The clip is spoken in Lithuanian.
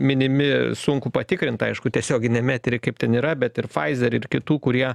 minimi sunku patikrint aišku tiesioginiam etery kaip ten yra bet ir pfizer ir kitų kurie